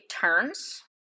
turns